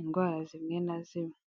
indwara zimwe na zimwe.